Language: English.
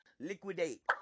Liquidate